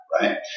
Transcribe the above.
right